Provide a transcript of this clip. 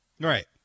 Right